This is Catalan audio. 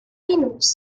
linux